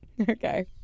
Okay